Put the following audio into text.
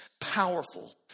powerful